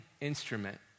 instrument